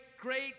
great